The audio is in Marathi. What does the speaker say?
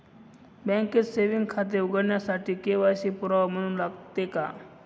बँकेत सेविंग खाते उघडण्यासाठी के.वाय.सी पुरावा म्हणून लागते का?